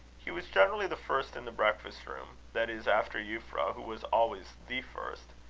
he was generally the first in the breakfast-room that is, after euphra, who was always the first.